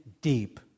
deep